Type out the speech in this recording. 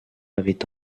avaient